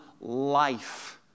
life